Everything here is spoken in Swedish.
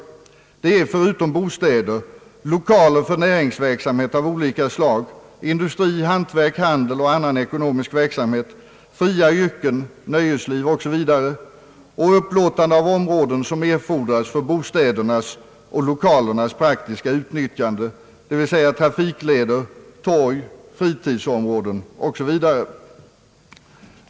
Det är — förutom bostäder — »lokaler för näringsverksamhet av olika slag och upplåtande av områden som erfordras för bostädernas och lokalernas praktiska utnyttjande ».